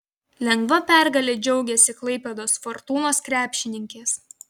lengva pergale džiaugėsi klaipėdos fortūnos krepšininkės